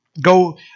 go